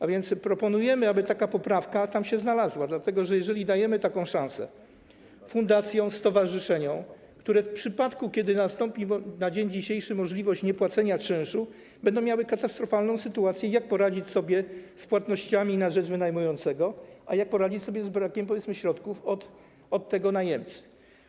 A więc proponujemy, aby taka poprawka tam się znalazła, dlatego że jeżeli dajemy taką szansę fundacjom, stowarzyszeniom, które - w przypadku, kiedy będzie dzisiaj możliwość niepłacenia czynszu - będą miały katastrofalną sytuację, jak poradzić sobie z płatnościami na rzecz wynajmującego i jak poradzić sobie z brakiem środków od tego najemcy.